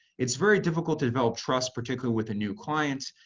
it's very difficult to develop trust, particularly with a new client.